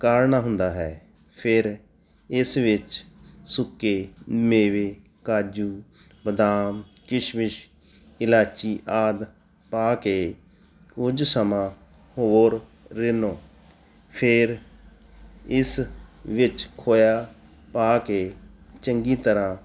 ਕਾੜ੍ਹਨਾ ਹੁੰਦਾ ਹੈ ਫੇਰ ਇਸ ਵਿੱਚ ਸੁੱਕੇ ਮੇਵੇ ਕਾਜੂ ਬਦਾਮ ਕਿਸ਼ਮਿਸ਼ ਇਲਾਚੀ ਆਦਿ ਪਾ ਕੇ ਕੁਝ ਸਮਾਂ ਹੋਰ ਰਿੰਨੋ ਫੇਰ ਇਸ ਵਿੱਚ ਖੋਇਆ ਪਾ ਕੇ ਚੰਗੀ ਤਰ੍ਹਾਂ